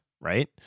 right